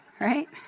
Right